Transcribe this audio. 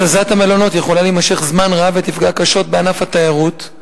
הזזת המלונות יכולה להימשך זמן רב ותפגע קשות בענף התיירות.